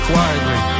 quietly